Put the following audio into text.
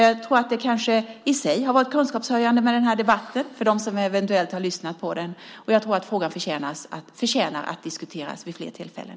Jag tror att den här debatten i sig har varit kunskapshöjande för dem som har lyssnat på den. Jag tror att frågan förtjänar att diskuteras vid fler tillfällen.